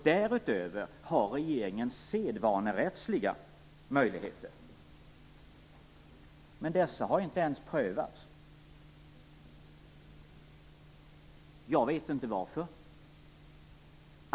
Därutöver har regeringen sedvanerättsliga möjligheter. Men dessa har inte ens prövats. Jag vet inte varför.